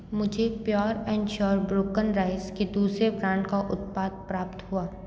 मुझे pure and sure broken rice के दूसरे ब्रांड का उत्पाद प्राप्त हुआ